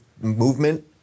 movement